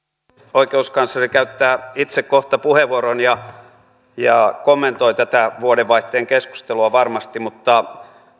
oikeuskansleri käyttää itse kohta puheenvuoron ja ja kommentoi tätä vuodenvaihteen keskustelua varmasti mutta